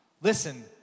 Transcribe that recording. Listen